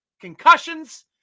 concussions